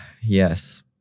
yes